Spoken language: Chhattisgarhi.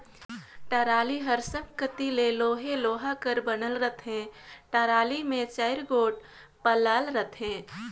टराली हर सब कती ले लोहे लोहा कर बनल रहथे, टराली मे चाएर गोट पल्ला रहथे